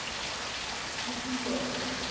which do you love more.